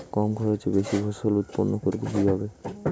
কম খরচে বেশি ফসল উৎপন্ন করব কিভাবে?